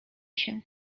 się